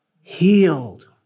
healed